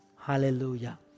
Hallelujah